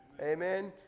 amen